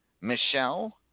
Michelle